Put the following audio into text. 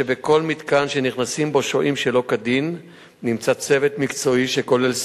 בכל מתקן שנכנסים בו שוהים שלא כדין נמצא צוות מקצועי שכולל סוהרים,